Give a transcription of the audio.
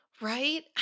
right